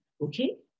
okay